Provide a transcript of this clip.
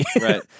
Right